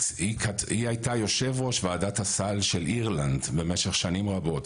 היא הייתה יושב-ראש ועדת הסל של אירלנד במשך שנים רבות,